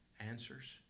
answers